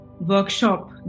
workshop